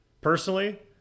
personally